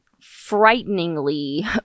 frighteningly